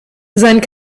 sein